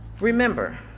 remember